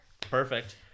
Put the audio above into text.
Perfect